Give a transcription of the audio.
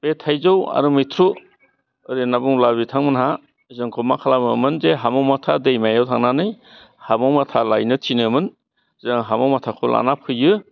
बे थाइजौ आरो मैथ्रु ओरै होन्ना बुङोब्ला बिथांमोनहा जोंखौ मा खालामोमोन जे हामा माथा दैमायाव थांनानै हामाव माथा लायनो थिनोमोन जों हामा माथाखौ लाना फैयो